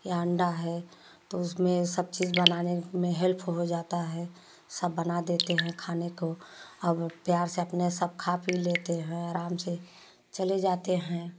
या अंडा है तो उसमें सब चीज बनाने में हेल्प हो जाता है सब बना देते हैं खाने को अब प्यार से अपने सब खा पी लेते हैं आराम से चले जाते हैं